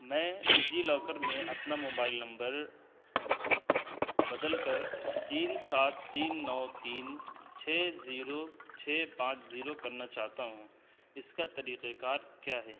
میں ڈیجیلاکر میں اپنا موبائل نمبر بدل کر تین سات تین نو تین چھ زیرو چھ پانچ زیرو کرنا چاہتا ہوں اس کا طریقہ کار کیا ہے